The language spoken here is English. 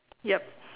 yup